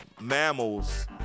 mammals